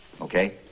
Okay